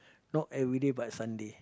not everyday but Sunday